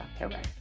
October